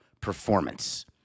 performance